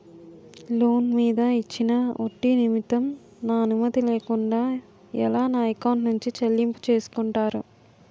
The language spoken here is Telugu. లోన్ మీద ఇచ్చిన ఒడ్డి నిమిత్తం నా అనుమతి లేకుండా ఎలా నా ఎకౌంట్ నుంచి చెల్లింపు చేసుకుంటారు?